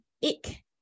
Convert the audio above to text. ik